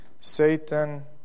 Satan